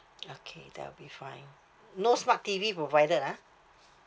okay that will be fine no smart T_V provided ah